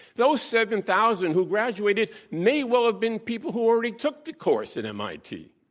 those seven thousand who graduated may well have been people who already took the course at mit.